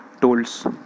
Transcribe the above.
tools